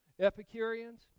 Epicureans